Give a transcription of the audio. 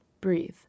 breathe